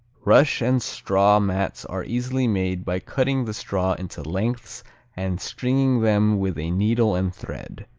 rush and straw mats are easily made by cutting the straw into lengths and stringing them with a needle and thread.